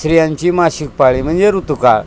स्त्रियांची मासिक पाळी म्हणजे ऋतुकाळ